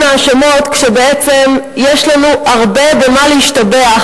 ההאשמות כשבעצם יש לנו הרבה במה להשתבח,